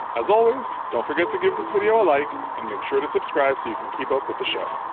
as always, don't forget to give this video a like and make sure to subscribe so you can keep up with the show!